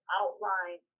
outline